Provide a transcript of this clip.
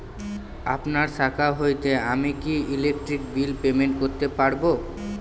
আপনার শাখা হইতে আমি কি ইলেকট্রিক বিল পেমেন্ট করতে পারব?